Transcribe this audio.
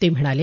ते म्हणाले